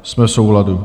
Jsme v souladu.